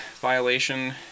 violation